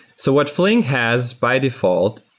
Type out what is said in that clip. so what flink has by default,